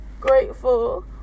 grateful